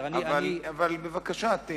אבל בבקשה.